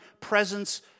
presence